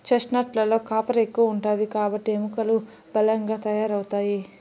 chestnut లలో copper ఎక్కువ ఉంటాది కాబట్టి ఎముకలు బలంగా తయారవుతాయి